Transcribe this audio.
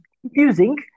confusing